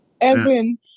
Evan